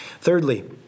Thirdly